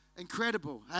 Incredible